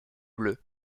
bleu